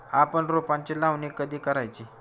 आपण रोपांची लावणी कधी करायची?